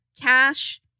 cash